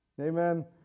Amen